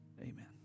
amen